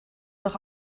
noch